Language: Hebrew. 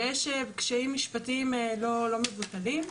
ויש קשיים משפטיים לא מבוטלים.